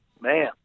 Man